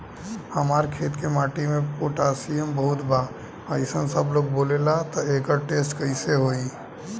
हमार खेत के माटी मे पोटासियम बहुत बा ऐसन सबलोग बोलेला त एकर टेस्ट कैसे होई?